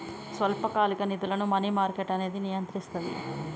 స్వల్పకాలిక నిధులను money market అనేది నియంత్రిస్తది